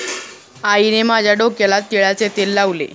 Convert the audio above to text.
आईने माझ्या डोक्याला तिळाचे तेल लावले